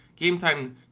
GameTime